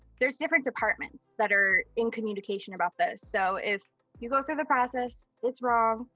there's different departments that are in communication about this. so if you go through the process, it's wrong,